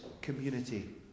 community